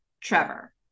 trevor